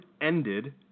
ended